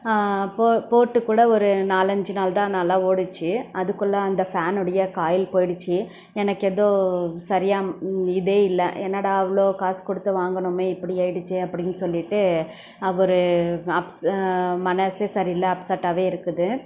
போ போட்டுக்கூட ஒரு நாலஞ்சு நாள் தான் நல்லா ஓடுச்சு அதுக்குள்ளெ அந்த ஃபேனுடைய காயில் போயிடுச்சு எனக்கு ஏதோ சரியாக இதே இல்லை என்னடா அவ்வளோ காசு கொடுத்து வாங்கினோமே இப்படி ஆயிடுச்சே அப்படின்னு சொல்லிட்டு அவர் அப்ஸ் மனசே சரியில்லை அப்செட்டாகவே இருக்குது